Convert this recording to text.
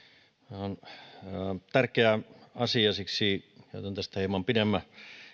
tämä on tärkeä asia ja siksi käytän tästä hieman pidemmän